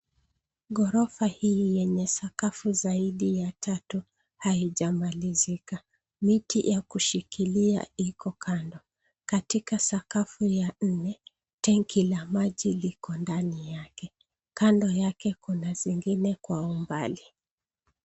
Ghorofa hii yenye sakafu zaidi ya tatu haijamalizika. Miti ya kushilikilia iko kando. Katika sakafu ya nne tenki la maji liko ndani yake. Kando yake kuna zingine kwa umbali.